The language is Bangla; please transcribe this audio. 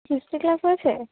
হিস্ট্রি ক্লাস হয়েছে